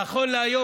נכון להיום,